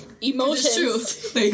Emotions